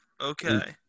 Okay